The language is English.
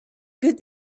good